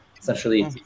essentially